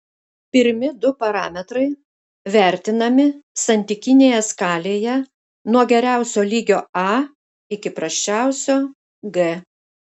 pirmi du parametrai vertinami santykinėje skalėje nuo geriausio lygio a iki prasčiausio g